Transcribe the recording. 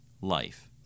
life